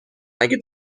اگه